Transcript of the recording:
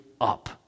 up